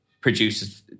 produces